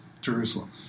Jerusalem